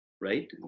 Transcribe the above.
Right